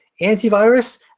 antivirus